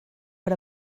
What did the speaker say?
per